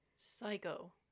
psycho